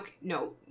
No